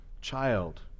child